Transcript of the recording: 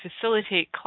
facilitate